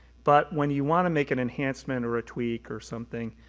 but when you want to make an enhancement or a tweak or something,